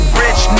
rich